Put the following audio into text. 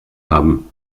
haben